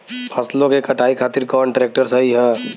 फसलों के कटाई खातिर कौन ट्रैक्टर सही ह?